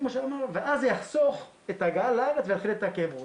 ואז זה יחסוך את ההגעה לארץ ולהתחיל את כאב הראש.